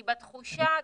כי בתחושה,